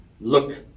look